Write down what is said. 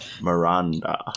Miranda